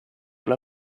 alla